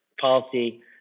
policy